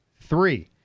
three